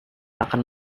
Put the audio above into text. akan